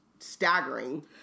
Staggering